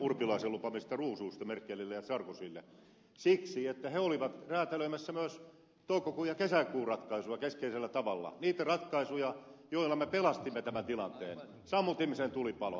urpilaisen lupaamista ruusuista merkelille ja sarkozylle siksi että he olivat räätälöimässä myös toukokuun ja kesäkuun ratkaisuja keskeisellä tavalla niitä ratkaisuja joilla me pelastimme tämän tilanteen sammutimme sen tulipalon